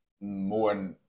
More